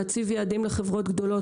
להציב יעדים בחברות גדולות,